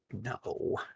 No